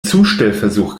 zustellversuch